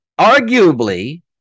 arguably